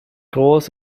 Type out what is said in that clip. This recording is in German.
groß